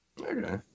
Okay